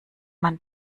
man